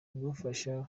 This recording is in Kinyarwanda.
igufasha